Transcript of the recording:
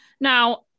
Now